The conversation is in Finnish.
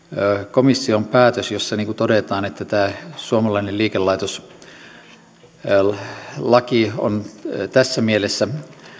komission päätös jossa todetaan että tämä suomalainen liikelaitoslaki tässä mielessä